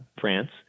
France